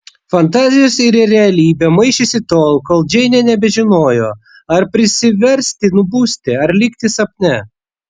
fantazijos ir realybė maišėsi tol kol džeinė nebežinojo ar prisiversti nubusti ar likti sapne